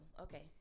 Okay